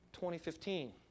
2015